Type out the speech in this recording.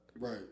Right